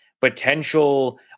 Potential